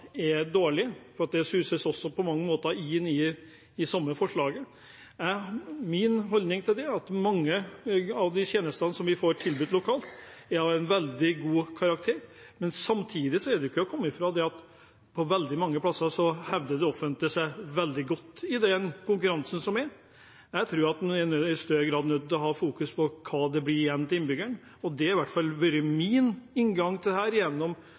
er dårlige. Det vises også i det samme forslaget. Min holdning til dette er at mange av tjenestene som tilbys lokalt, er av veldig god karakter. Men samtidig er det ikke til å komme fra at det offentlige på mange plasser hevder seg veldig godt i konkurransen. Jeg tror vi i større grad er nødt til å fokusere på hva som blir igjen til innbyggerne. Dette har vært min inngang gjennom 20 års fartstid i lokaldemokratiet på kommunestyrenivå. Jeg hadde faktisk forventet fra denne sal at vi ikke ønsket å overstyre lokaldemokratiet enda mer. Jeg ser fram til